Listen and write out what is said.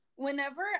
whenever